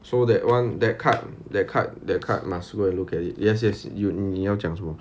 so that one that card that card that card must go and look at it yes yes you 你要讲什么